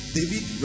David